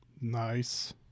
Nice